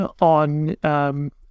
on